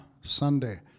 Sunday